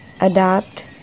adapt